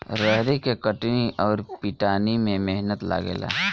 रहरी के कटनी अउर पिटानी में मेहनत लागेला